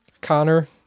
Connor